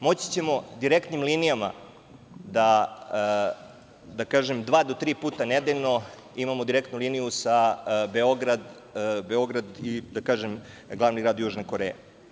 Moći ćemo direktnim linijama da, da kažem, dva do tri puta nedeljno imamo direktnu liniju Beograd i glavni grad Južne Koreje.